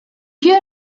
you